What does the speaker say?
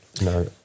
no